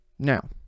Now